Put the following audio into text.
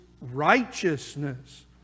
righteousness